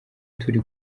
turi